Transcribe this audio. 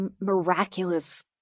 miraculous